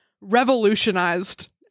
revolutionized